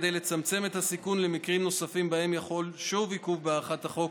כדי לצמצם את הסיכון למקרים נוספים שבהם יחול שוב עיכוב בהארכת החוק,